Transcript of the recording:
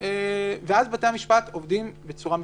ואז בתי המשפט עובדים בצורה מצומצמת.